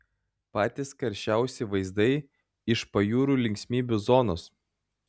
patys karščiausi vaizdai iš pajūrio linksmybių zonos